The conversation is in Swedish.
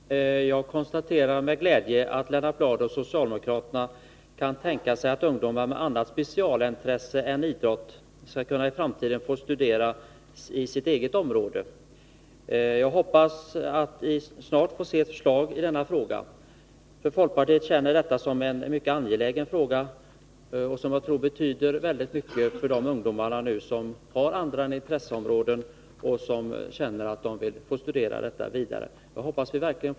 Fru talman! Jag konstaterar med glädje att Lennart Bladh och socialdemokraterna kan tänka sig att ungdomar med andra specialintressen än idrott i framtiden skall få studera inom sitt eget område. Jag hoppas att vi snart får se förslag i den frågan. Folkpartiet uppfattar detta som något mycket angeläget. Jag tror att det här betyder mycket för de ungdomar som har andra intresseområden än idrott och önskar studera vidare inom sina resp. områden.